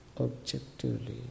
objectively